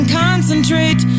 concentrate